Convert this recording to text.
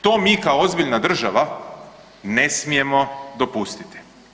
To mi kao ozbiljna država ne smijemo dopustiti.